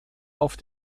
auf